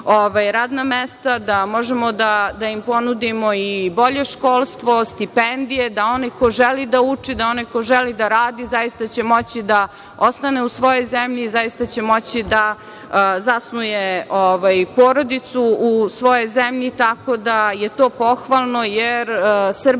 radna mesta, da možemo da im ponudimo i bolje školstvo, stipendije, da onaj ko želi da uči, da onaj ko želi da radi, zaista će moći da ostane u svojoj zemlji, zaista će moći da zasnuje porodicu u svojoj zemlji. Tako da, to je pohvalno, jer Srbija